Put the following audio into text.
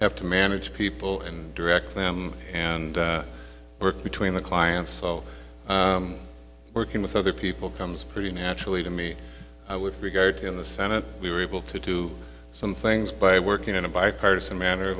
have to manage people and direct them and work between the clients so working with other people comes pretty naturally to me with regard to in the senate we were able to do some things by working in a bipartisan manner